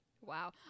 wow